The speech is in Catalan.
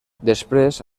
després